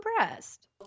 impressed